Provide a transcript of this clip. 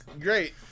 great